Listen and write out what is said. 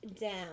down